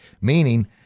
meaning